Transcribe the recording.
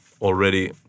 already